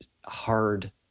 hard